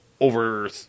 over